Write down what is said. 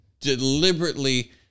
deliberately